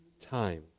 time